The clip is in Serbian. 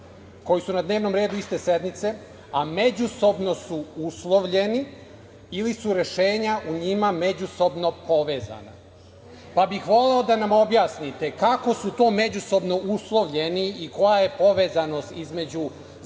koji su na dnevnom redu iste sednice, a međusobno su uslovljeni ili su rešenja u njima međusobno povezana. Voleo bih da mi objasnite kako su to međusobno uslovljeni i koja je povezanost između Zakona